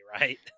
right